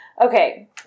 Okay